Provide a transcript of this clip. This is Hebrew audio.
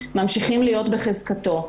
ממשיכים להות בחזקתו.